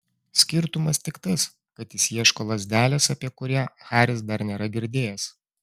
skirtumas tik tas kad jis ieško lazdelės apie kurią haris dar nėra girdėjęs